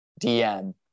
DM